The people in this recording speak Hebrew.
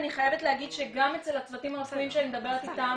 אני חייבת להגיד שגם אצל הצוותים הרפואיים שאני מדברת איתם,